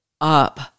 up